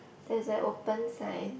there is an open sign